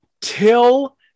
till